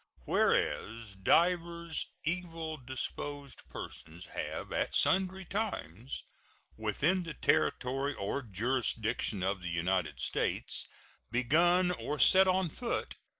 whereas divers evil-disposed persons have at sundry times within the territory or jurisdiction of the united states begun or set on foot,